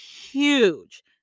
huge